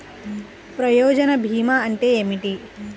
ప్రయోజన భీమా అంటే ఏమిటి?